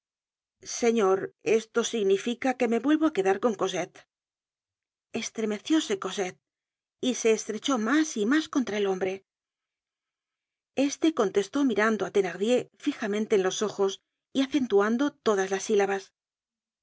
señor esto significa que me vuelvo á quedar con cosette estremecióse cosette y se estrechó mas y mas contra el hombre este contestó mirando á thenardier fijamente en los ojos y acentuando todas las sílabas